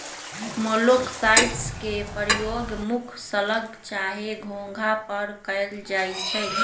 मोलॉक्साइड्स के प्रयोग मुख्य स्लग चाहे घोंघा पर कएल जाइ छइ